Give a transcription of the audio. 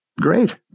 great